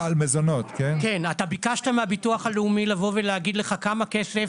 אתה ביקשת מהביטוח הלאומי לבוא ולהגיד לך כמה כסף